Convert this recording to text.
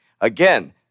Again